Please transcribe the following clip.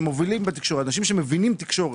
אנשים שמבינים תקשורת,